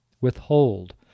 Withhold